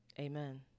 Amen